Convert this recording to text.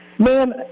man